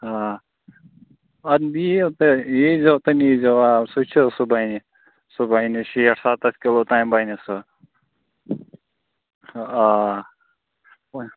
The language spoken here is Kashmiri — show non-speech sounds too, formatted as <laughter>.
آ ادٕ ییِو تہٕ ییٖزیٛو تہٕ نیٖزیٛو آ سُہ چھُ سُہ بَنہِ سُہ بنہِ شیٹھ سَتَتھ کلوٗ تانۍ بَنہِ سُہ آ <unintelligible>